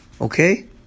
Okay